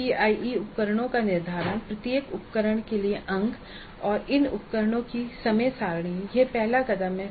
CIE उपकरणों का निर्धारण प्रत्येक उपकरण के लिए अंक और इन उपकरणों की समय सारणी यह पहला कदम है